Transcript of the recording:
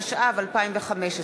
התשע"ו 2015,